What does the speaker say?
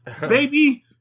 Baby